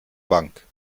bank